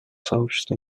сообществу